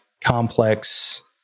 complex